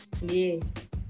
Yes